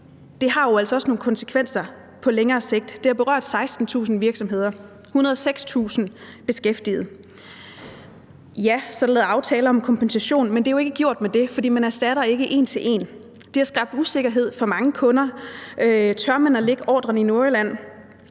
det jo altså også har nogle konsekvenser på længere sigt. Det har berørt 16.000 virksomheder og 106.000 beskæftigede. Og ja, så er der lavet aftaler om kompensation, men det er jo ikke gjort med det, for man erstatter ikke en til en. Det har skabt usikkerhed for mange kunder. Tør man lægge ordrerne i Nordjylland?